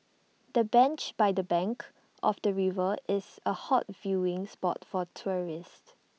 the bench by the bank of the river is A hot viewing spot for tourists